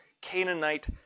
Canaanite